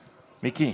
היושב-ראש,